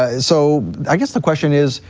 ah so i guess the question is,